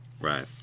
Right